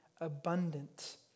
abundant